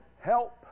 help